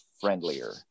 friendlier